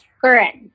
Correct